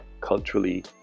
culturally